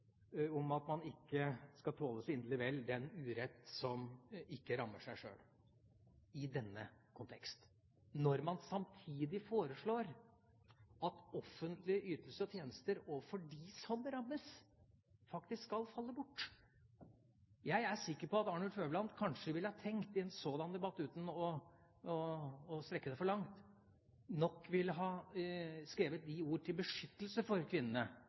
ikke tåle så inderlig vel den urett som ikke rammer dig selv» – i denne kontekst, når man samtidig foreslår at offentlige ytelser overfor dem som rammes, faktisk skal falle bort. Jeg er sikker på at Arnulf Øverland ville ha tenkt i en sådan debatt – uten å trekke det for langt – at disse ordene var til beskyttelse for kvinnene